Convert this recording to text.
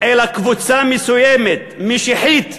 אלא קבוצה מסוימת, משיחית,